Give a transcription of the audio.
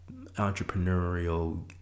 entrepreneurial